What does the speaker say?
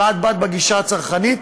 ואת באת בגישה הצרכנית,